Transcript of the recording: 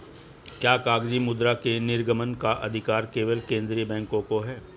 क्या कागजी मुद्रा के निर्गमन का अधिकार केवल केंद्रीय बैंक को है?